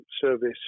service